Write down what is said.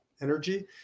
energy